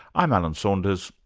i'm alan saunders,